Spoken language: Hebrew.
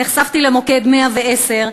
נחשפתי למוקד 110,